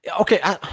okay